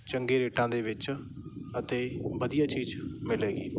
ਚੰਗੇ ਰੇਟਾਂ ਦੇ ਵਿੱਚ ਅਤੇ ਵਧੀਆ ਚੀਜ਼ ਮਿਲੇਗੀ